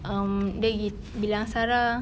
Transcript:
um dia pergi bilang sarah